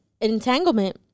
Entanglement